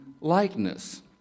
likeness